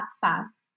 fast